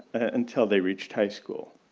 until they reached high school.